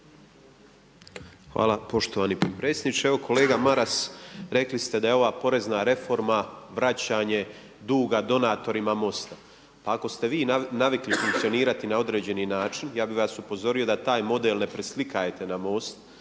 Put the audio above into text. Hvala poštovani potpredsjedniče. Evo kolega Maras, rekli ste da je ova porezna reforma vraćanje duga donatorima MOST-a. Ako ste vi navikli funkcionirati na određeni način ja bih vas upozorio da taj model ne preslikavate na MOST.